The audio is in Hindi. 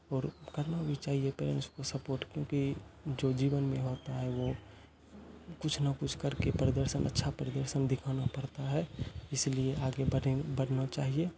और करना भी चाहिए पेरेंट्स को सपोर्ट क्योंकि जो जीवन में होता है वो कुछ ना कुछ कर के प्रदर्शन अच्छा प्रदर्शन दिखाना पड़ता है इसलिए आगे बढ़ें बढ़ना चाहिए